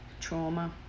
trauma